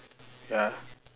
ya